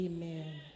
Amen